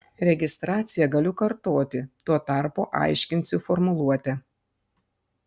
registraciją galiu kartoti tuo tarpu aiškinsiu formuluotę